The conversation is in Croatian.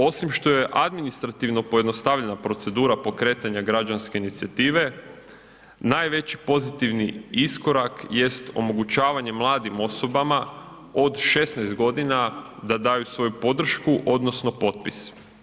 Osim što je administrativno pojednostavljena procedura pokretanja građanske inicijative, najveći pozitivni iskorak jest omogućavanje mladim osobama od 16.g. da daju svoju podršku odnosno potpis.